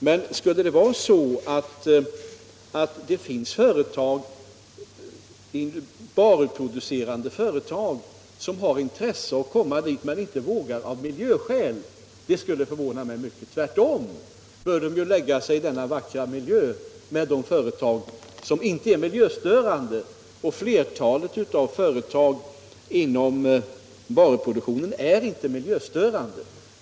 Men skulle det finnas varuproducerande företag som har intresse av att lokalisera sin verksamhet till norra Bohuslän men inte vågar av miljöskäl, skulle jag bli mycket förvånad. De bör tvärtom till denna vackra miljö förlägga verksamhet som inte är miljöstörande. Flertalet av företagen inom varuproduktionen är inte miljöstörande.